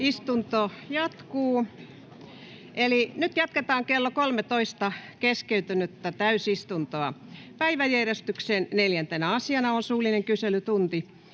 onnistutaan. Nyt jatketaan kello 13 keskeytynyttä täysistuntoa. Päiväjärjestyksen 4. asiana on suullinen kyselytunti.